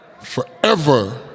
Forever